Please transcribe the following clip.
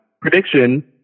prediction